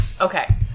Okay